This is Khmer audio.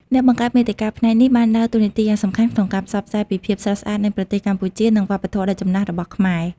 អ្នកបង្កើតមាតិកាផ្នែកនេះបានដើរតួនាទីយ៉ាងសំខាន់ក្នុងការផ្សព្វផ្សាយពីភាពស្រស់ស្អាតនៃប្រទេសកម្ពុជា និងវប្បធម៌ដ៏ចំណាស់របស់ខ្មែរ។